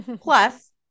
Plus